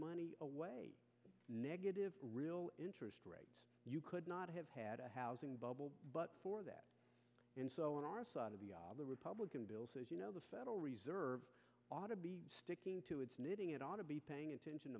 purposes away negative real interest rates you could not have had a housing bubble but for that on our side of the aisle the republican bill says you know the federal reserve ought to be sticking to its knitting it ought to be paying attention